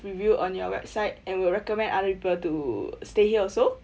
review on your website and will recommend other people to stay here also